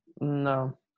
No